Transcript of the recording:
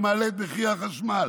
שמעלה את מחיר החשמל,